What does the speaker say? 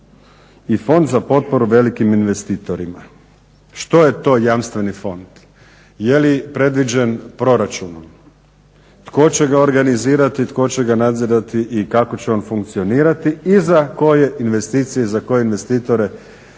i Fond za potporu velikim investitorima. Što je to Jamstveni fond? Je li predviđen proračunom, tko će ga organizirati, tko će ga nadzirati i kako će on funkcionirati i za koje investicije i za koje investitore će